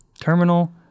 terminal